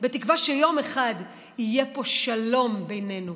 בתקווה שיום אחד יהיה פה שלום בינינו.